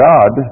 God